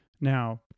Now